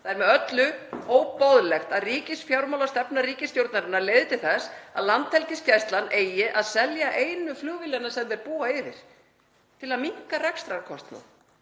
Það er með öllu óboðlegt að ríkisfjármálastefna ríkisstjórnarinnar leiði til þess að Landhelgisgæslan eigi að selja einu flugvélina sem hún býr yfir til að minnka rekstrarkostnað